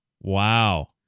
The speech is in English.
Wow